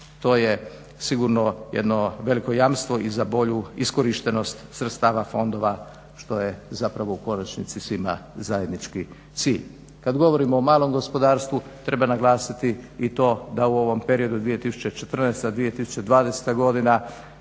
To je sigurno jedno veliko jamstvo i za bolju iskorištenost sredstava fondova što je zapravo u konačnici svima zajednički cilj. Kad govorimo o malom gospodarstvu treba naglasiti i to da u ovom periodu 2014-2020. godina